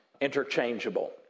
interchangeable